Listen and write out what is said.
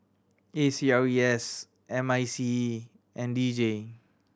A C R E S M I C E and D J